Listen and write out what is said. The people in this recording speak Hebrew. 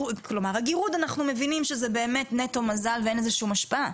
אנחנו מבינים שהגירוד זה נטו מזל ואין לזה שום השפעה